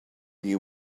you